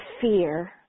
fear